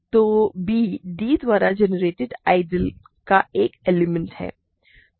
तो b d द्वारा generated ideal का एक एलिमेंट है